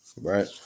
Right